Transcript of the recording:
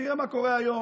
ותראה מה קורה היום.